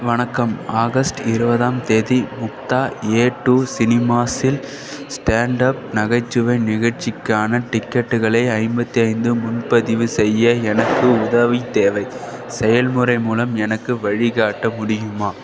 வணக்கம் ஆகஸ்ட் இருவதாம் தேதி முக்தா ஏ டூ சினிமாஸ் இல் ஸ்டாண்ட் அப் நகைச்சுவை நிகழ்ச்சிக்கான டிக்கெட்டுகளை ஐம்பத்தைந்து முன்பதிவு செய்ய எனக்கு உதவி தேவை செயல்முறை மூலம் எனக்கு வழிகாட்ட முடியுமா